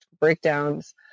breakdowns